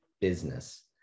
business